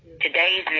Today's